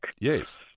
Yes